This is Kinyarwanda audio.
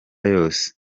yose